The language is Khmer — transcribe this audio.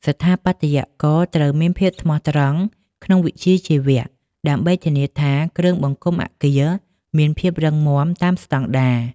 ស្ថាបត្យករត្រូវមានភាពស្មោះត្រង់ក្នុងវិជ្ជាជីវៈ ដើម្បីធានាថាគ្រឿងបង្គុំអគារមានភាពរឹងមាំតាមស្តង់ដារ។